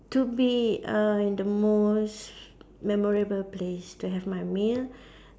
to be err in the most memorable place to have my meal